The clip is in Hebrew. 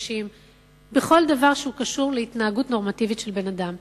בכל דבר שקשור להתנהגות נורמטיבית של בן-אדם.